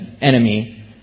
enemy